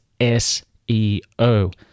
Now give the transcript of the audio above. SEO